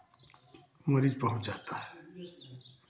मरीज पहुँच जाता है